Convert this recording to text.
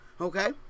Okay